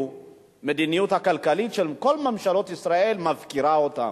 המדיניות הכלכלית של כל ממשלות ישראל מפקירה אותם.